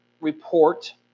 report